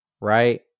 right